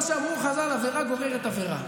כמו שאמרו חז"ל, עבירה גוררת עבירה,